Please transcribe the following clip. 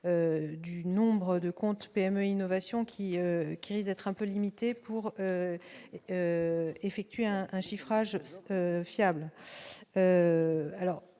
du nombre de compte PME Innovation qui qui disent être un peu limité pour effectuer un chiffrage fiables, alors